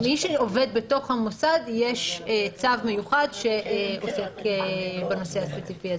מי שעובד בתוך המוסד, יש צו מיוחד בנושא הספציפי.